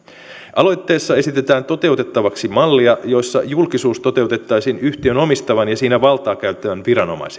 aloitteessa esitetään toteutettavaksi mallia jossa julkisuus toteutettaisiin yhtiön omistavan ja siinä valtaa käyttävän viranomaisen